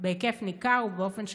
בהיקף ניכר ובאופן שיטתי.